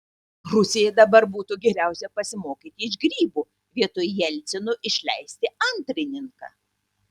rusijai dabar būtų geriausia pasimokyti iš grybų vietoj jelcino išleisti antrininką